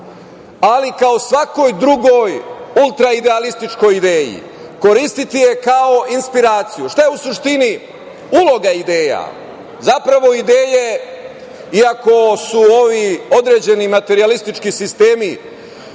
ali kao svakoj drugoj ultraidealističkoj ideji koristiti je kao inspiraciju. Šta je u suštini uloga ideja? Zapravo, ideje, iako su ovi određeni materijalistički sistemi